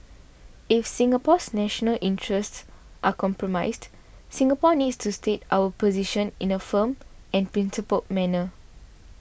if Singapore's national interests are compromised Singapore needs to state our position in a firm and principled manner